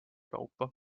kaupa